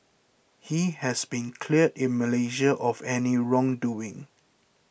he has been cleared in Malaysia of any wrong doing